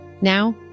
Now